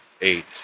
eight